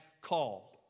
call